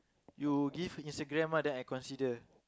you give Instagram ah then I consider